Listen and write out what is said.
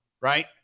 right